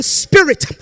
spirit